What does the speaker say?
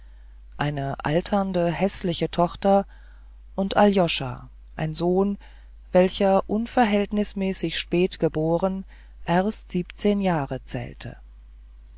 eine alternde häßliche tochter und aljoscha ein sohn welcher unverhältnismäßig spät geboren erst siebzehn jahre zählte